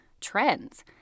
trends